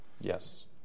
Yes